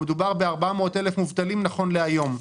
מדובר ב-400,000 מובטלים נכון להיום.